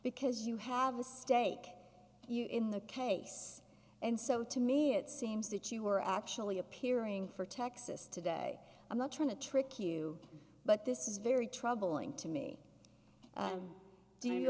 because you have a stake in the case and so to me it seems that you were actually appearing for texas today i'm not trying to trick you but this is very troubling to me do you